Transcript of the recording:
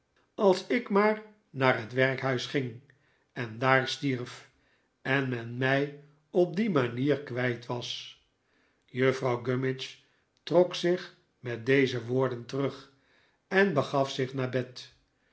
als ik maar naar het werkhuis ging en daar stierf en men mij op die manier kwijt was juffrouw gummidge trok zich met deze woorden terug en begaf zich naar bed